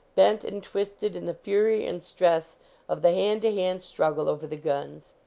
bent and twisted in the fury and stress of the hand-to-hand struggle over the guns.